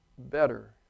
better